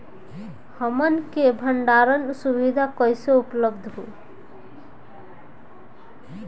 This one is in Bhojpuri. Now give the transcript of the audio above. हमन के भंडारण सुविधा कइसे उपलब्ध होई?